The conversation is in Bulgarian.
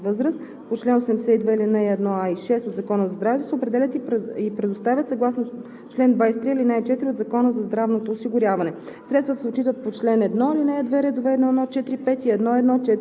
от Закона за здравето и за дейности във връзка с лечение на лица над 18-годишна възраст по чл. 82, ал. 1а и 6 от Закона за здравето се определят и предоставят съгласно чл. 23, ал. 4 от Закона за здравното осигуряване.